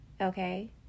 Okay